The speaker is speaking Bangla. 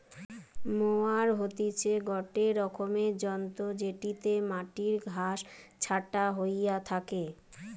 মোয়ার হতিছে গটে রকমের যন্ত্র জেটিতে মাটির ঘাস ছাটা হইয়া থাকে